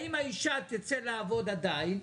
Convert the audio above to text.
האם האישה תצא לעבוד עדיין,